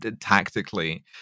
tactically